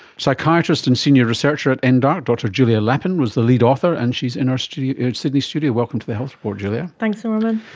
psychiatrist and senior researcher at and ndarc, dr julia lappin, was the lead author and she is in our sydney studios. welcome to the health report, julia. thanks norman.